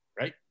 right